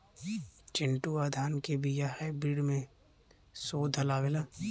चिन्टूवा धान क बिया हाइब्रिड में शोधल आवेला?